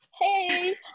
hey